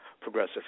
Progressive